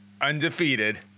undefeated